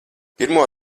pirmo